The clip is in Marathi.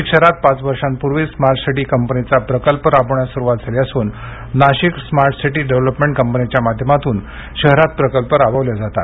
नाशिक शहरात पाच वर्षांपूर्वी स्मार्ट सिटी कंपनीचा प्रकल्प राबविण्यास सुरूवात झाली असून नाशिक स्मार्ट सिटी डेव्हलमेंट कंपनीच्या माध्यमातून शहरात प्रकल्प राबविले जातात